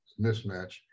mismatch